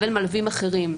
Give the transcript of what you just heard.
ובין מלווים אחרים.